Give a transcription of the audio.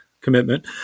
commitment